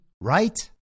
right